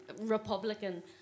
republican